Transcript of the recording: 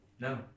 No